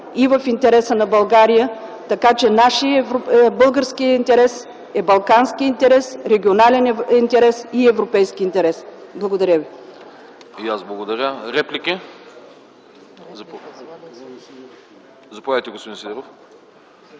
е в интерес на България. Така че нашият български интерес е балкански интерес, регионален интерес и европейски интерес. Благодаря ви.